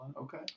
Okay